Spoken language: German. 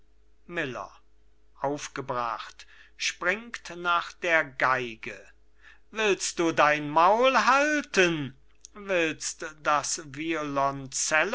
geige willst du dein maul halten willst du das